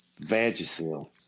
Vagisil